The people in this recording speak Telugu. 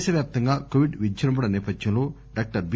దేశవ్యాప్తంగా కోవిడ్ విజృంభణ సేపథ్యంలో డాక్టర్ బి